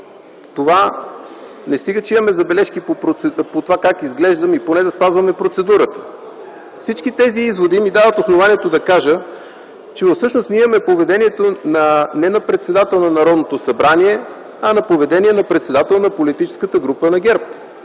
Не стига, че имаме забележки по това как изглеждаме, но поне да спазваме процедурата. Всички тези изводи ми дават основание да кажа, че всъщност ние имаме поведение не на председател на Народното събрание, а на поведение на председател на политическата група на ГЕРБ.